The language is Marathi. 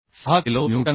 06 किलो न्यूटन आहे